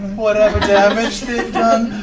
whatever damage they've done,